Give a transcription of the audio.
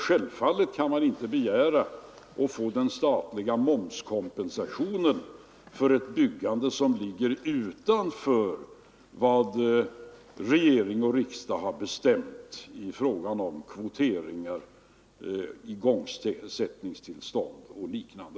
Självfallet kan man inte begära att få den statliga momskompensationen för ett byggande som ligger utanför vad regering och riksdag har bestämt i fråga om kvotering, igångsättningstillstånd och liknande.